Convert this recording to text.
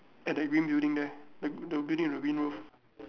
at the green building there the the building with a green roof